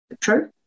true